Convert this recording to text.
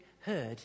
heard